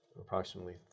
approximately